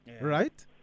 Right